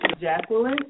Jacqueline